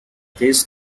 this